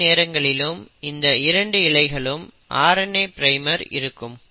அனைத்து நேரங்களிலும் இந்த இரண்டு இழைகளிலும் RNA பிரைமர் இருக்கும்